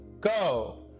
Go